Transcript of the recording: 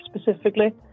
specifically